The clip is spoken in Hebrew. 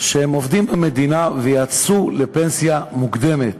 שיצאו לפנסיה מוקדמת,